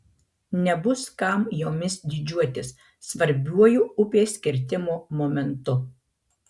nebus kam jomis didžiuotis svarbiuoju upės kirtimo momentu